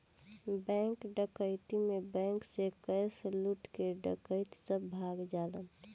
bank डकैती में bank से कैश लूट के डकैत सब भाग जालन